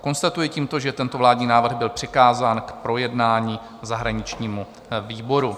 Konstatuji tímto, že tento vládní návrh byl přikázán k projednání zahraničnímu výboru.